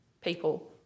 people